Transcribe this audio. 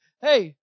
hey